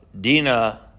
Dina